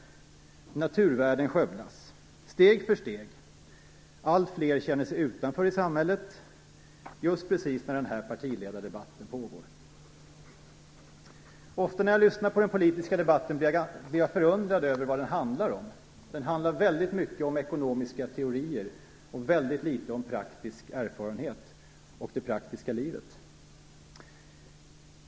Naturvärden skövlas. Det sker steg för steg. Alltfler känner sig utanför i samhället. Det sker just när denna partiledardebatt pågår. Ofta när jag lyssnar på den politiska debatten blir jag förundrad över vad den handlar om. Den handlar väldigt mycket om ekonomiska teorier och väldigt litet om praktisk erfarenhet och det praktiska livet.